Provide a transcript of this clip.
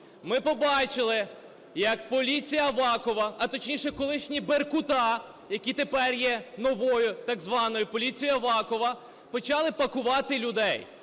Ми побачили, як поліція Авакова, а точніше колишні "беркута", які тепер є новою, так званою, поліцією Авакова, почали пакувати людей.